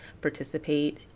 participate